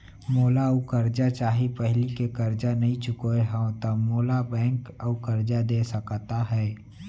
मोला अऊ करजा चाही पहिली के करजा नई चुकोय हव त मोल ला बैंक अऊ करजा दे सकता हे?